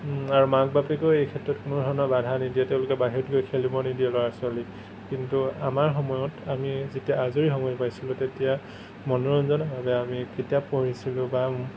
আৰু মাক বাপেকেও এই ক্ষেত্ৰত কোনো ধৰণৰ বাধা নিদিয়ে তেওঁলোকে বাহিৰত গৈ খেলিব নিদিয়ে ল'ৰা ছোৱালীক কিন্তু আমাৰ সময়ত আমি যেতিয়া আজৰি সময় পাইছিলোঁ তেতিয়া মনোৰঞ্জনৰ বাবে আমি কিতাপ পঢ়িছিলোঁ বা